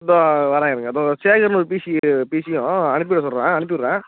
இதோ வரேன் இருங்க தோ சேகர்ன்னு ஒரு பிசி பிசியும் அனுப்பிவிட சொல்லுறேன் அனுப்பிவிட்றேன்